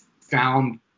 found